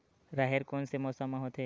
राहेर कोन से मौसम म होथे?